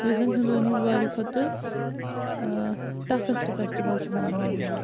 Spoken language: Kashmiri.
یُس زَن ہِنٛدووَن ہنٛز واری کھۄتہٕ ٲں ٹَفیٚسٹہٕ فیٚسٹِول چھِ ماننہٕ یِوان